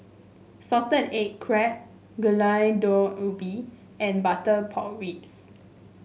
Salted Egg Crab Gulai Daun Ubi and Butter Pork Ribs